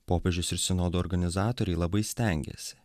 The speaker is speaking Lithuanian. popiežius ir sinodo organizatoriai labai stengiasi